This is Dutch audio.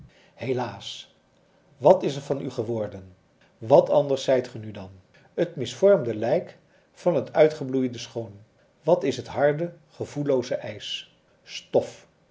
helaas wat is er van u geworden wat anders zijt ge nu dan t misvormde lijk van t uitgebloeide schoon wat is het harde gevoellooze ijs stof